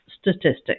Statistics